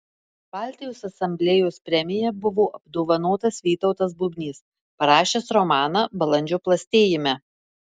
baltijos asamblėjos premija buvo apdovanotas vytautas bubnys parašęs romaną balandžio plastėjime